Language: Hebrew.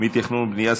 תכנון ובנייה,